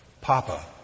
papa